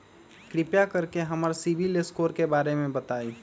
कृपा कर के हमरा सिबिल स्कोर के बारे में बताई?